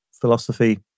philosophy